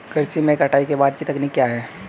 कृषि में कटाई के बाद की तकनीक क्या है?